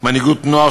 מנהיגות נוער,